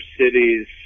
cities